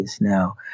now